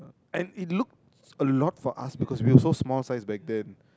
and it looks a lot for us because we also small size back then